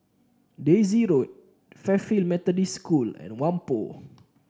Daisy Road Fairfield Methodist School and Whampoa